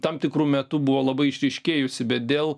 tam tikru metu buvo labai išryškėjusi bet dėl